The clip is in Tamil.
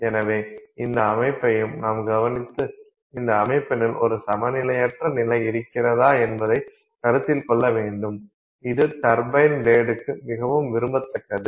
எனவே இந்த அமைப்பையும் நாம் கவனித்து இந்த அமைப்பினுள் ஒரு சமநிலையற்ற நிலை இருக்கிறதா என்பதைக் கருத்தில் கொள்ள வேண்டும் இது டர்பைன் பிளேடுக்கு மிகவும் விரும்பத்தக்கது